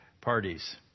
parties